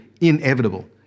inevitable